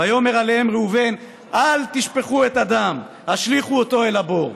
ויאמר אלֵהם ראובן אל תשפכו דם השליכו אֹתו אל הבור".